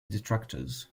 detractors